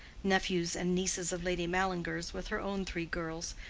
nephews and nieces of lady mallinger's with her own three girls,